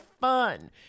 fun